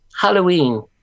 Halloween